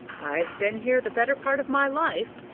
i've been here the better part of my life.